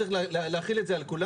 צריך להחיל את זה על כולם,